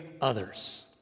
others